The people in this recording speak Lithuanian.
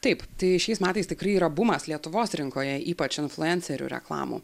taip tai šiais metais tikrai yra bumas lietuvos rinkoje ypač influencerių reklamų